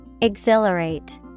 Exhilarate